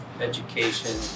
education